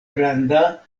granda